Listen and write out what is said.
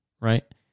right